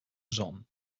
zon